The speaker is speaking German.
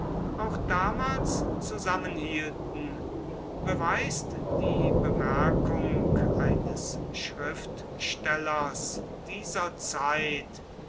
auch damals zusammenhielten beweist die bemerkung eines schriftstellers dieser zeit